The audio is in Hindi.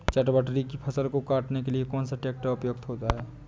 चटवटरी की फसल को काटने के लिए कौन सा ट्रैक्टर उपयुक्त होता है?